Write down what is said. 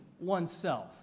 oneself